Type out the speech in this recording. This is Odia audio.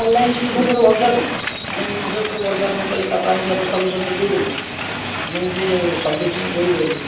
ଅନଲାଇନ୍ ଜିନିଷ ଉପରେ ଭରସା କ'ଣ ଅନଲାଇନ୍ ଜିନିଷ ଉପରେ ଭରସା କ'ଣ କହିଲ ତାକୁ ଆଣିକି ଆପଣ ସର୍ଭିସ୍ ସେଣ୍ଟରରେ ଦେଇପାରିବେ ନା ଆମେ ଏମିତି ସର୍ଭିସିଂ ଦେଇଦେବୁ